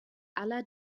aller